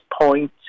point